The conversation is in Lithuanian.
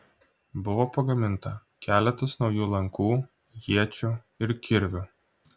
buvo pagaminta keletas naujų lankų iečių ir kirvių